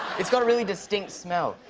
it's got a really distinct smell.